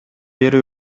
бери